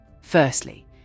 Firstly